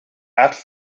arts